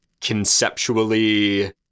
conceptually